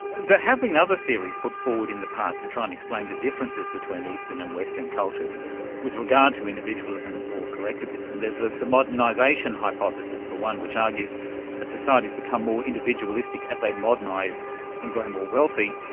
have been other theories put forward in the past to try and explain the differences between eastern and western cultures with regard to individualism or collectivism. there's the the modernisation hypothesis, for one, which argues that societies become more individualistic as they modernise and grow more wealthy.